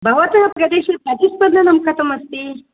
भवतः प्रदेशे प्रतिस्पन्दनं कथमस्ति